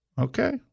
Okay